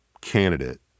candidate